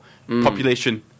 Population